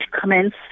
commence